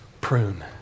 Prune